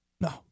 No